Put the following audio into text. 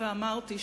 אדוני היושב-ראש,